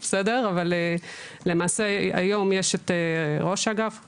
אבל למעשה היום יש את ראש האגף,